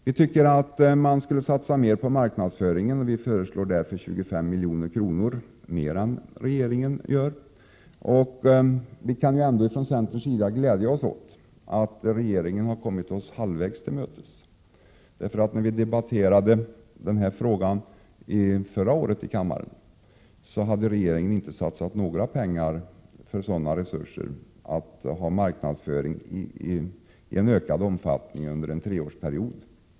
Vi tycker att man bör satsa mer på marknadsföring och föreslår därför 25 milj.kr. mer än regeringen gör. Vi kan från centern ändå glädja oss åt att regeringen har kommit oss halvvägs till mötes. När vi förra året debatterade denna fråga i kammaren, hade regeringen inte satsat några pengar för marknadsföring i ökad omfattning under en treårsperiod.